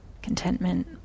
contentment